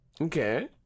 Okay